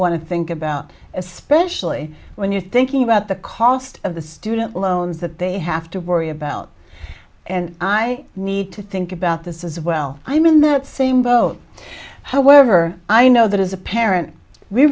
want to think about especially when you're thinking about the cost of the student loans that they have to worry about and i need to think about this as well i'm in that same boat however i know that as a parent we